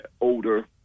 older